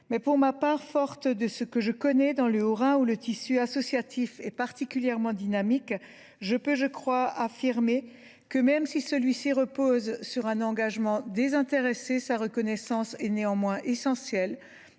Pour ma part, forte de ce que je connais dans le Haut Rhin, où le tissu associatif est particulièrement dynamique, je peux affirmer que, même si celui ci repose sur un engagement désintéressé, sa reconnaissance est néanmoins un